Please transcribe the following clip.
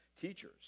teachers